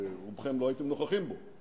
שרובכם לא הייתם נוכחים בו.